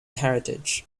heritage